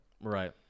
right